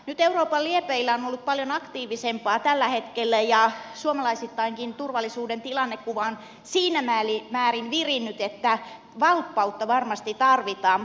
nyt euroopan liepeillä on ollut paljon aktiivisempaa tällä hetkellä ja suomalaisittainkin turvallisuuden tilannekuva on siinä määrin virinnyt että valppautta varmasti tarvitaan